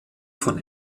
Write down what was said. von